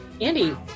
Andy